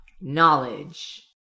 knowledge